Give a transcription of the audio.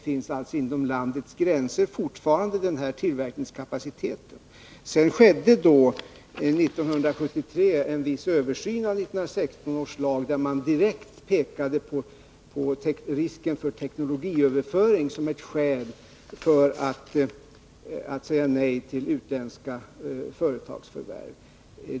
Fortfarande finns således denna tillverkningskapacitet inom landets gränser. Det skedde 1973 en viss översyn av 1916 års lag. Man pekade då direkt på risken för teknologiöverföring som ett skäl för att säga nej till utländska företags förvärv.